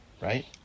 right